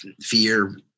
fear